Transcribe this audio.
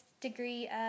degree